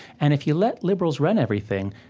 and if you let liberals run everything,